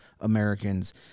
Americans